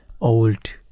old